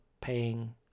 paying